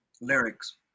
lyrics